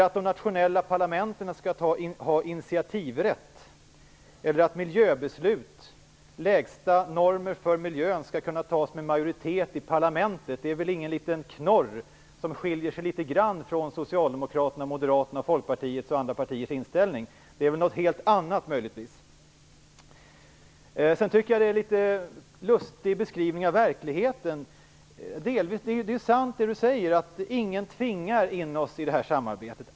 Att de nationella parlamenten skall ha initiativrätt, att beslut om lägsta normer för miljön skall kunna fattas med majoritet i parlamentet - det är väl ingen liten knorr som innebär att vi skiljer oss litet grand från Socialdemokraternas, Moderaternas, Folkpartiets och andra partiers inställning. Det är möjligtvis något helt annat. Jag tycker att Inga-Britt Johansson ger en litet lustig beskrivning av verkligheten. Det är sant att ingen tvingar in oss i samarbetet.